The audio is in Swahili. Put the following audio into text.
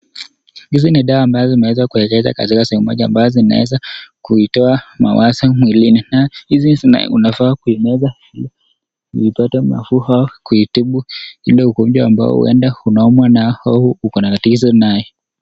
Hizi ni dawa ambazo zimeweza kuwekezwa katika sehemu moja ambazo zinaweza kuitoa mawazo mwilini, na hizi unafaa kuimeza ili kuipata nafuu au kuitibu ile ugonjwa ambayo huenda unaumwa nao au uko na tatizo nayo.